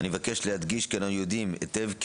אני מבקש להדגיש כי אנחנו יודעים היטב כי